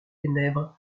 ténèbres